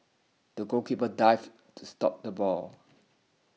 the goalkeeper dived to stop the ball